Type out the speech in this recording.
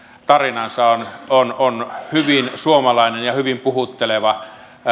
tarinansa on on hyvin suomalainen ja hyvin puhutteleva